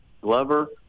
Glover